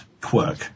quirk